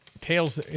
tails